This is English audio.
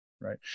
Right